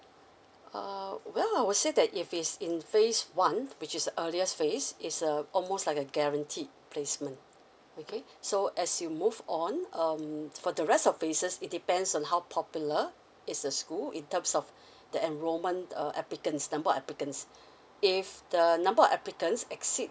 uh well I would say that if it's in phase one which is earliest phase is uh almost like a guaranteed placement okay so as you move on um for the rest of phases it depends on how popular is the school in terms of the enrolment uh applicants number of applicants if the number of applicants exceed